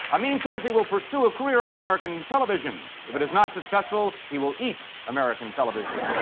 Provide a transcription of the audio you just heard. amin says he will pursue a career on american television. if it is not successful, he will eat american television.